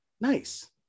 Nice